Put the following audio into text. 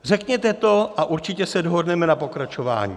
Řekněte to a určitě se dohodneme na pokračování.